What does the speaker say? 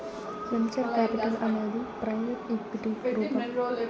venture capital అనేది private ఈక్విటికి రూపం